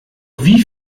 wie